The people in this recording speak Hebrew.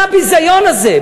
מה הביזיון הזה,